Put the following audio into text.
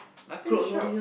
nothing to shop